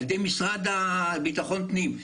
על ידי המשרד לביטחון הפנים,